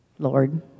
Lord